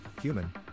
human